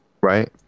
Right